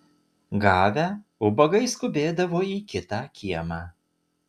gavę ubagai skubėdavo į kitą kiemą